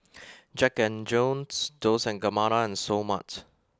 Jack and Jones Dolce and Gabbana and Seoul Mart